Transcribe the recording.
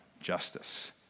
justice